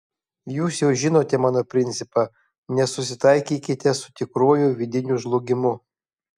jūs jau žinote mano principą nesusitaikykite su tikruoju vidiniu žlugimu